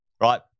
right